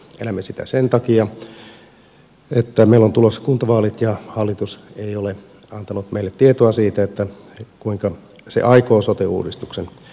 elämme sitä sen takia että meillä on tulossa kuntavaalit ja hallitus ei ole antanut meille tietoa siitä kuinka se aikoo sote uudistuksen toteuttaa